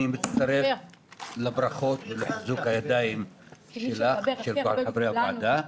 אני מצטרף לברכות לחיזוק הידיים שלך ושל כל חברי הוועדה.